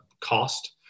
cost